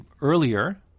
earlier